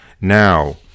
Now